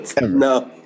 No